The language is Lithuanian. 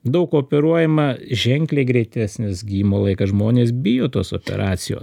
daug operuojama ženkliai greitesnis gijimo laikas žmonės bijo tos operacijos